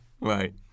Right